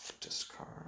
discard